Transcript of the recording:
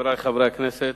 חברי חברי הכנסת,